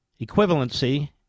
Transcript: equivalency